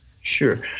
Sure